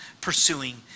pursuing